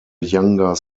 younger